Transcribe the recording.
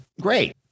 great